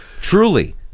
Truly